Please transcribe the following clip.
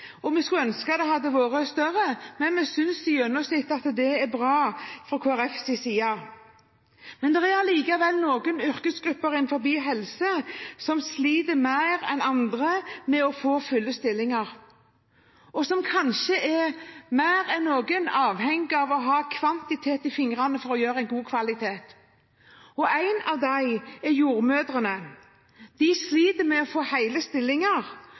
Vi skulle ønske det var større, men fra Kristelig Folkepartis side synes vi at dette i gjennomsnitt er bra. Det er likevel noen yrkesgrupper innen helse som sliter mer enn andre med å få fulle stillinger. De er kanskje mer enn noen avhengig av å ha kvantitet i fingrene for å utføre tjenester med god kvalitet. En av disse gruppene er jordmødrene. De sliter med å få